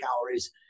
calories